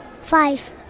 Five